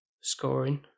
scoring